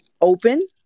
open